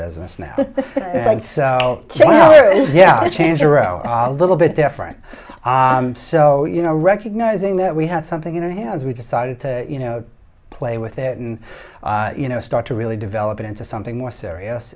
business now yeah change a row little bit different so you know recognizing that we have something in their hands we decided to you know play with it and you know start to really develop it into something more serious